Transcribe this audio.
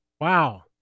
Wow